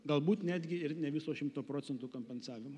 galbūt netgi ir ne viso šimto procentų kompensavimo